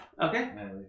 Okay